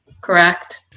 correct